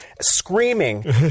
screaming